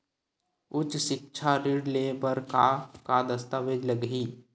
उच्च सिक्छा ऋण ले बर का का दस्तावेज लगही?